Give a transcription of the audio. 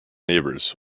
neighbors